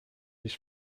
his